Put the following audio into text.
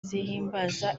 zihimbaza